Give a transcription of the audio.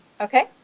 Okay